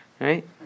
Right